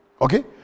Okay